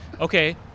okay